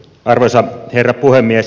arvoisa herra puhemies